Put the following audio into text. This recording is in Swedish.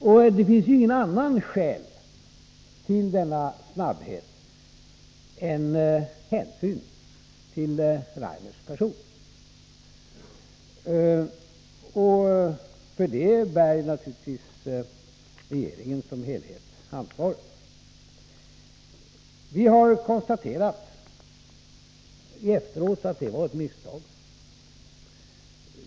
Och det finns inget annat skäl till denna snabbhet än hänsyn till Ove Rainers person. För det bär naturligtvis regeringen som helhet ansvaret. Vi har efteråt konstaterat att det var ett misstag.